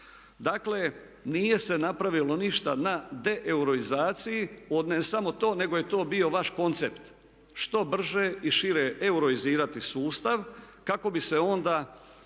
Dakle, nije se napravilo ništa na deeuroizaciji ne samo to, nego je to bio vaš koncept što brže i šire euroizirati sustav kako bi se onda